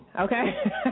Okay